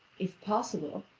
if possible,